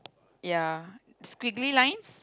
ya squiggly lines